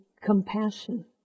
compassion